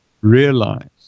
realize